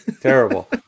terrible